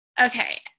Okay